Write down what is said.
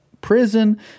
prison